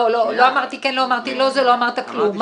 לא אמרתי כן, לא אמרתי לא, זה לא אמרת כלום.